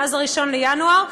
מה-1 בינואר,